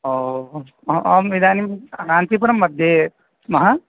ओ ओ ओम् इदानीं कान्तीपुरं मध्ये स्मः